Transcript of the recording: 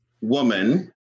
woman